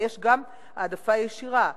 אבל יש גם העדפה ישירה.